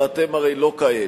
ואתם הרי לא כאלה.